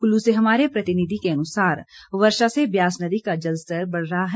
कुल्लू से हमारे प्रतिनिधि के अनुसार वर्षा से ब्यास नदी का जल स्तर बढ़ गया है